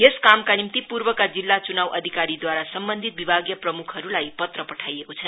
यस कामका निम्ति प्रर्वका जिल्ला चुनाव अधिकारीद्वारा सम्बन्धित विभागीय प्रमुखहरूलाई पत्र पठाइएको छ